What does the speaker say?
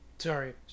Sorry